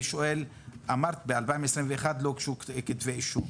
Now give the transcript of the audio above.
אמרת שב-2021 לא הוגשו כתבי אישום.